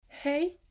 hey